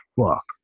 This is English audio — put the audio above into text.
fuck